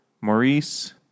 Maurice